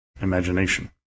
imagination